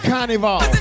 Carnival